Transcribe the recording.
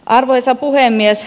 arvoisa puhemies